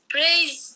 Praise